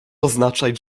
oznaczać